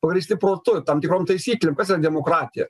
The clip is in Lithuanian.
pagrįsti protu tam tikrom taisyklėm demokratija